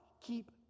keep